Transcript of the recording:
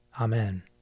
Amen